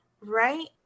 right